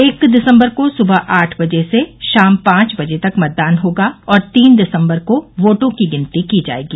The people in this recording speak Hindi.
एक दिसम्बर को सुबह आठ बजे से शाम पांच बजे तक मतदान होगा और तीन दिसम्बर को वोटों की गिनती की जायेगी